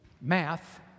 math